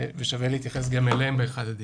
ושווה גם להתייחס אליהם באחד הדיונים.